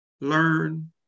learn